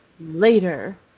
later